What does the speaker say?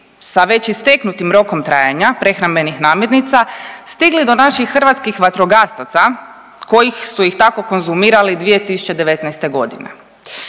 sa već isteknutim rokom trajanja prehrambenih namirnica stigli do naših hrvatskih vatrogasaca kojih su ih tako konzumirali 2019.g..